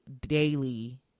daily